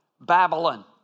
Babylon